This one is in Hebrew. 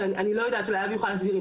שאני לא יודעת אולי אבי יוכל להסביר אם